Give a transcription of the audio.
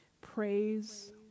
Praise